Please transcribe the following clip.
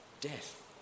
death